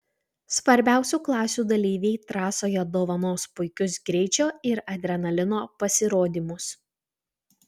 svarbiausių klasių dalyviai trasoje dovanos puikius greičio ir adrenalino pasirodymus